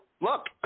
look